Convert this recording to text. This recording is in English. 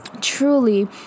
truly